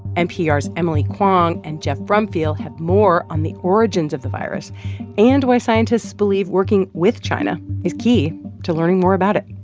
npr's emily kwong and geoff brumfiel have more on the origins of the virus and why scientists believe working with china is key to learning more about it.